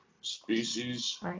Species